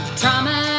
trauma